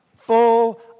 full